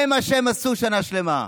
זה מה שהם עשו שנה שלמה.